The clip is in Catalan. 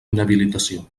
inhabilitació